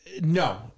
No